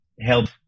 help